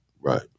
Right